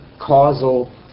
causal